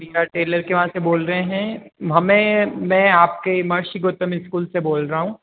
B R Taylor के वहाँ से बोल रहे हैं हमें मैं आपके मासी गौतम स्कूल से बोल रहा हूँ